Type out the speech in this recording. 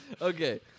Okay